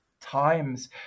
times